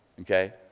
okay